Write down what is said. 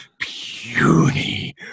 puny